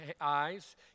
eyes